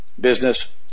Business